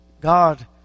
God